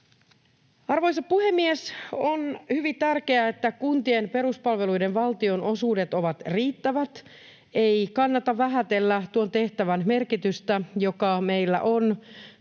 Arvoisa puhemies! On hyvin tärkeää, että kuntien peruspalveluiden valtionosuudet ovat riittävät. Ei kannata vähätellä tuon tehtävän merkitystä, joka meillä on